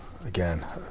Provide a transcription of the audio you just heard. again